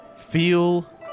Feel